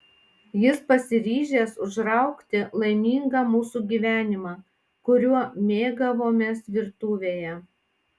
jis pasiryžęs užraukti laimingą mūsų gyvenimą kuriuo mėgavomės virtuvėje